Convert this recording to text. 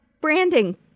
branding